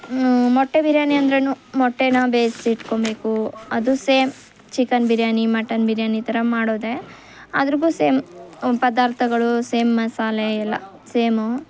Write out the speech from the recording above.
ಮೊಟ್ಟೆ ಬಿರಿಯಾನಿ ಅಂದರೇನು ಮೊಟ್ಟೆನ್ನ ಬೇಯಿಸಿಟ್ಕೊಳ್ಬೇಕು ಅದು same chicken biryani mutton biryani ಥರ ಮಾಡೋದೆ ಅದರಾಗು ಸೇಮ್ ಪದಾರ್ಥಗಳು ಸೇಮ್ ಮಸಾಲೆ ಎಲ್ಲ ಸೇಮು